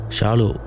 Shalu